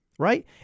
Right